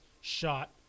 shot